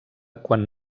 quan